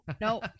No